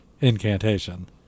Incantation